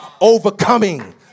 overcoming